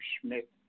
Schmidt